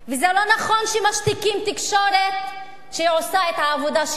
זה לא נכון שמשתיקים תקשורת שעושה את העבודה שלה,